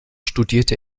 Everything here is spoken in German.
studierte